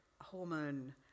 hormone